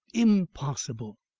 impossible!